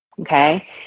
Okay